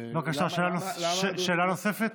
בבקשה, שאלה נוספת?